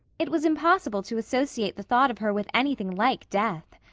it was impossible to associate the thought of her with anything like death.